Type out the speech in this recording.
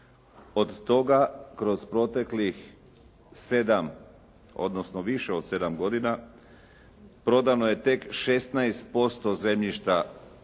od toga kroz proteklih 7 odnosno više od 7 godina prodano je tek 16% zemljišta